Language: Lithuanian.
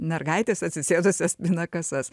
mergaitės atsisėdusios pina kasas